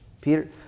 Peter